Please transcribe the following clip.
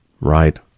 Right